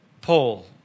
Paul